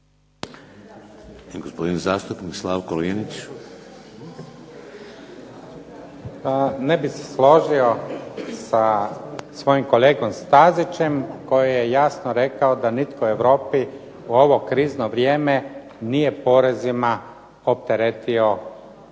**Linić, Slavko (SDP)** Pa ne bih se složio sa svojim kolegom Stazićem koji je jasno rekao da nitko u Europi u ovo krizno vrijeme nije porezima opteretio